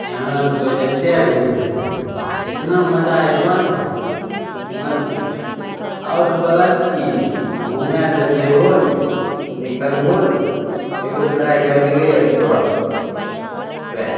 यहाँ आओर तोँ जतेक घुमहो एतना मजा अएतऽ ने भाइ मत पुछऽ आओर प्लस कि घुमैले जब जेबहो ने निकलबहो ने बेगूसरायके अलगे एगो स्वैग छै स्वैग